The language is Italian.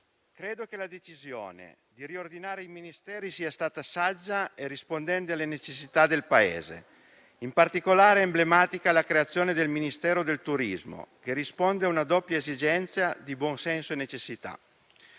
credo che la decisione di riordinare i Ministeri sia stata saggia e rispondente alle necessità del Paese. In particolare, è emblematica la creazione del Ministero del turismo, che risponde a una doppia esigenza di buon senso e necessità.